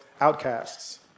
outcasts